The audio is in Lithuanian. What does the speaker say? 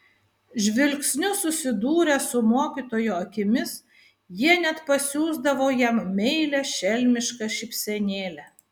žvilgsniu susidūrę su mokytojo akimis jie net pasiųsdavo jam meilią šelmišką šypsenėlę